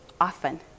often